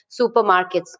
supermarkets